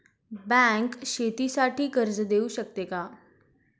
Bank शेतीसाठी कर्ज देऊ शकते का?